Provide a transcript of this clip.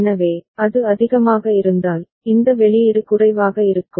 எனவே அது அதிகமாக இருந்தால் இந்த வெளியீடு குறைவாக இருக்கும்